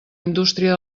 indústria